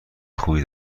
خوبی